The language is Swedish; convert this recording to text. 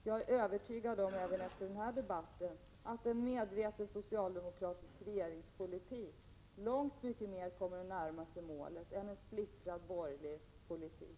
Jag är även efter denna debatt övertygad om att en medveten socialdemokratisk regeringspolitik kommer att leda långt mycket närmare målet än en splittrad borgerlig politik.